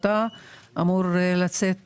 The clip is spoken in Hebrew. אמור לצאת